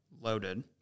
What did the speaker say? loaded